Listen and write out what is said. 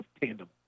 tandem